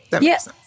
Yes